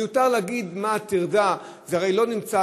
מיותר להגיד מה הטרדה: זה הרי לא נמצא,